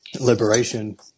liberation